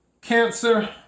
Cancer